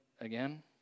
again